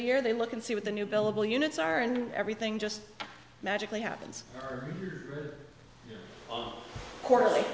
the year they look and see what the new billable units are and everything just magically happens on a quarterly